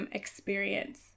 experience